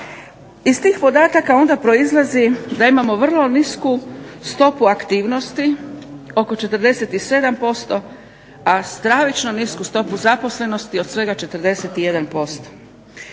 Iz tih podataka onda proizlazi da imamo vrlo nisu stopu aktivnosti oko 47% a stravično nisku stopu zaposlenosti od svega 41%.